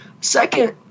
Second